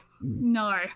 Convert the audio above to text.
no